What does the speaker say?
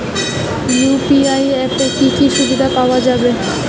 UPI অ্যাপে কি কি সুবিধা পাওয়া যাবে?